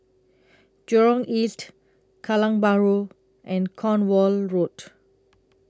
Jurong East Kallang Bahru and Cornwall Road